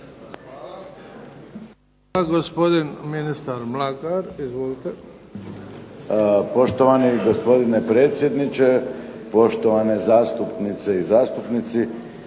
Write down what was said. Hvala. Gospodin ministar Mlakar. Izvolite. **Mlakar, Davorin** Poštovani gospodine predsjedniče, poštovane zastupnice i zastupnici,